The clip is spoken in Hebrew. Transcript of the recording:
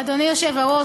אדוני היושב-ראש,